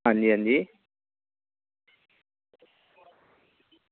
हां जी हां जी